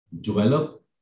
develop